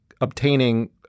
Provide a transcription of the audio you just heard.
obtaining